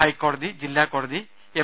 ഹൈക്കോടതി ജില്ലാ കോടതി എം